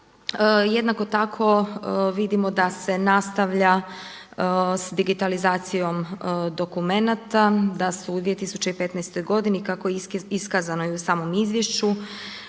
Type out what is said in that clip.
Jednako tako vidimo da se nastavlja sa digitalizacijom dokumenata da su u 2015. godini kako je iskazano i u samom izvješću,